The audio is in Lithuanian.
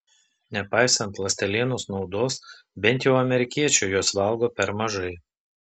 nepaisant ląstelienos naudos bent jau amerikiečiai jos valgo per mažai